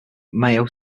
mayo